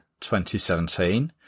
2017